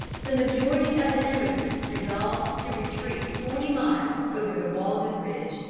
the majority of the emigrants resolved to retreat forty miles over the walden ridge,